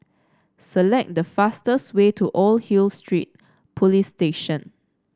select the fastest way to Old Hill Street Police Station